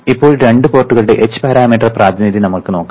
ഇപ്പോൾ രണ്ട് പോർട്ടുകളുടെ h പാരാമീറ്റർ പ്രാതിനിധ്യം നമുക്ക് നോക്കാം